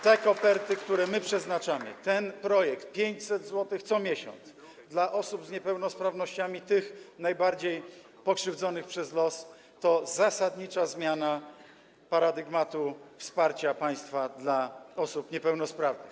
Te koperty, które my przeznaczamy, ten projekt, 500 zł co miesiąc dla osób z niepełnosprawnościami, tych najbardziej pokrzywdzonych przez los, to zasadnicza zmiana paradygmatu wsparcia państwa dla osób niepełnosprawnych.